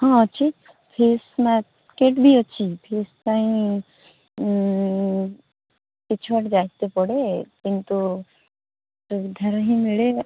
ହଁ ଅଛି fish market ବି ଅଛି ଫିସ୍ ପାଇଁ କିଛି ବାଟ ଯାଇତେ ପଡ଼େ କିନ୍ତୁ ସୁବିଧାରେ ହିଁ ମିଳିବ